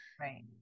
Right